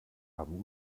haben